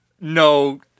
No